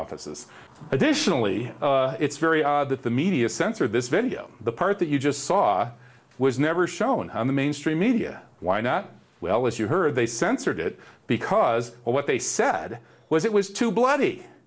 offices additionally it's very odd that the media censored this video the part that you just saw was never shown on the mainstream media why not well as you heard they censored it because what they said was it was too bloody